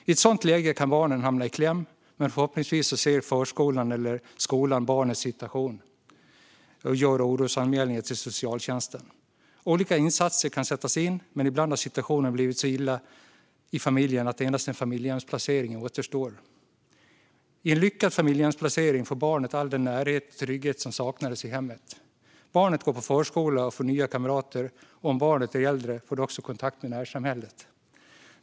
I ett sådant läge kan barnet hamna i kläm, men förhoppningsvis ser förskolan eller skolan barnets situation och gör orosanmälningar till socialtjänsten. Olika insatser kan sättas in, men ibland har situationen blivit så dålig i familjen att endast en familjehemsplacering återstår. I en lyckad familjehemsplacering får barnet all den närhet och trygghet som saknades i hemmet. Barnet går på förskola och får nya kamrater, och om barnet är äldre får det också kontakt med närsamhället.